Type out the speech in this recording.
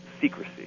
secrecy